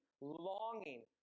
longing